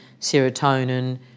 serotonin